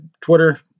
Twitter